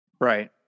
Right